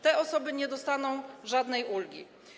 Te osoby nie dostaną żadnej ulgi.